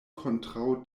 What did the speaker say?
kontraŭ